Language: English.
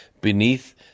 beneath